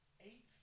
eight